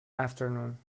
afternoon